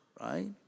right